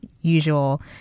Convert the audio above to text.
usual